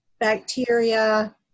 bacteria